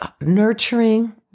nurturing